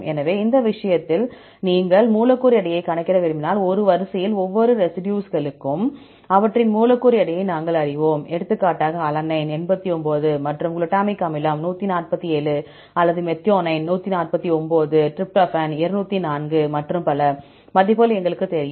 எனவே இந்த விஷயத்தில் நீங்கள் மூலக்கூறு எடையைக் கணக்கிட விரும்பினால் ஒரு வரிசையில் ஒவ்வொரு ரெசிடியூஸ்களுக்கும் அவற்றின் மூலக்கூறு எடையை நாங்கள் அறிவோம் எடுத்துக்காட்டாக அலனைன் 89 மற்றும் குளுட்டமிக் அமிலம் 147 அல்லது மெத்தியோனைன் 149 டிரிப்டோபான் 204 மற்றும் பல மதிப்புகள் எங்களுக்குத் தெரியும்